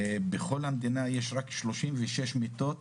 ובכל המדינה יש רק שלושים ושש מיטות